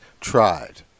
tried